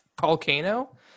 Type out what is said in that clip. volcano